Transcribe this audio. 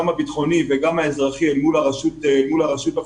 הביטחוני וגם האזרחי אל מול הרשות הפלסטינית.